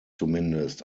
zumindest